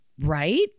right